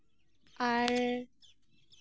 ᱟᱨ